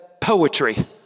poetry